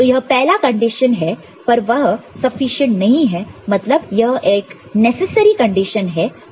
तो यह पहला कंडीशन है पर वह सफिशिएंट नहीं है मतलब यह एक नेसेसरी कंडीशन है पर सफिशिएंट नहीं